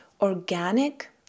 organic